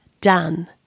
done